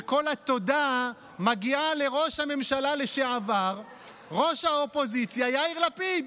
וכל התודה מגיעה לראש הממשלה לשעבר ראש האופוזיציה יאיר לפיד.